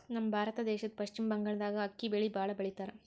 ನಮ್ ಭಾರತ ದೇಶದ್ದ್ ಪಶ್ಚಿಮ್ ಬಂಗಾಳ್ದಾಗ್ ಅಕ್ಕಿ ಬೆಳಿ ಭಾಳ್ ಬೆಳಿತಾರ್